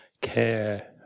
care